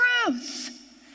truth